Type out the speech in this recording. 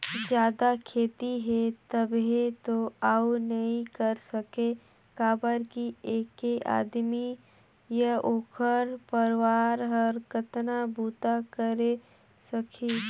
जादा खेती हे तभे तो अउ नइ कर सके काबर कि ऐके आदमी य ओखर परवार हर कतना बूता करे सकही